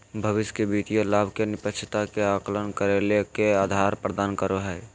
भविष्य के वित्तीय लाभ के निष्पक्षता के आकलन करे ले के आधार प्रदान करो हइ?